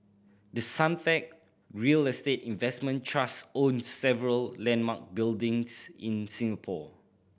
the Suntec real estate investment trust owns several landmark buildings in Singapore